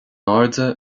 airde